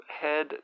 head